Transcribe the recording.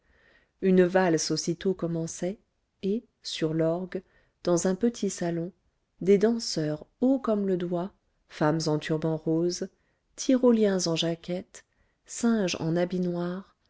une valse aussitôt commençait et sur l'orgue dans un petit salon des danseurs hauts comme le doigt femmes en turban rose tyroliens en jaquette singes en habit noir